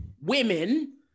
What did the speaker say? women